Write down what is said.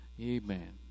Amen